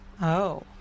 Oh